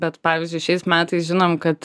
bet pavyzdžiui šiais metais žinom kad